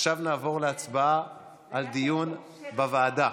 עכשיו נעבור להצבעה על דיון בוועדה.